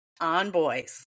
onboys